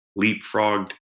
Leapfrogged